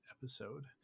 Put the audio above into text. episode